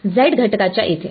z घटकाच्या येथे